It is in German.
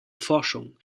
forschung